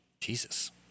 Jesus